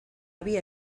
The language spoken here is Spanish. había